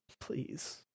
Please